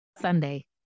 Sunday